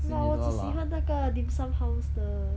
but 我只喜欢那个 dim sum house 的